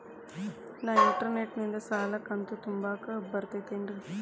ನಾ ಇಂಟರ್ನೆಟ್ ನಿಂದ ಸಾಲದ ಕಂತು ತುಂಬಾಕ್ ಬರತೈತೇನ್ರೇ?